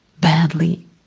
badly